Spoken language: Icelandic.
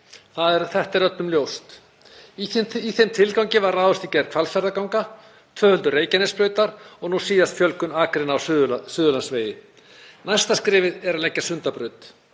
Þetta er öllum ljóst. Í þeim tilgangi var ráðist í gerð Hvalfjarðarganga, tvöföldun Reykjanesbrautar og nú síðast fjölgun akreina á Suðurlandsvegi. Næsta skrefið er að leggja Sundabraut,